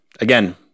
again